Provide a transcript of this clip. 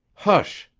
hush!